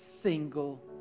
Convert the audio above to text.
single